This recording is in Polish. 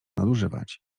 nadużywać